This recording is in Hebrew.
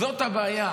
זאת הבעיה.